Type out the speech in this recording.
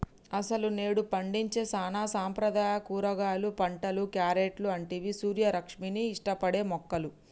అసలు నేడు పండించే సానా సాంప్రదాయ కూరగాయలు పంటలు, క్యారెట్లు అంటివి సూర్యరశ్మిని ఇష్టపడే మొక్కలు